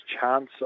chance